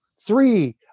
three